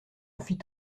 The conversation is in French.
fit